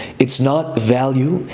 it's not value,